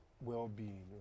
well-being